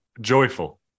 joyful